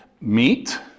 meat